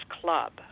club